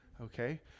Okay